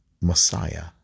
Messiah